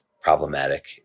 problematic